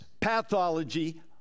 pathology